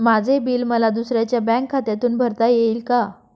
माझे बिल मला दुसऱ्यांच्या बँक खात्यातून भरता येईल का?